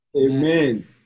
Amen